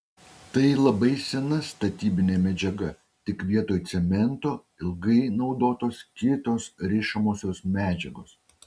tai labai sena statybinė medžiaga tik vietoj cemento ilgai naudotos kitos rišamosios medžiagos